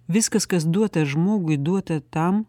viskas kas duota žmogui duota tam